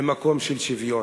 ממקום של שוויון.